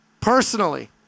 personally